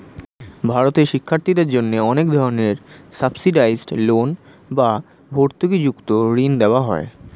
ভারতে শিক্ষার্থীদের জন্য অনেক ধরনের সাবসিডাইসড লোন বা ভর্তুকিযুক্ত ঋণ দেওয়া হয়